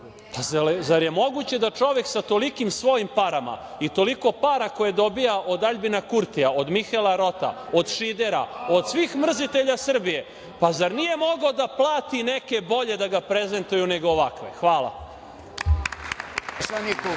zar je moguće da čovek sa tolikim svojim parama i toliko para koje dobija od Aljbina Kurtija, od Mihela Rota, od Šidera, od svih mrzitelja Srbije, pa zar nije mogao da plati neke bolje da ga prezentuju nego ovakve. Hvala.